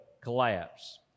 collapse